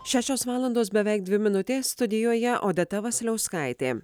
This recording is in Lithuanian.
šešios valandos beveik dvi minutės studijoje odeta vasiliauskaitė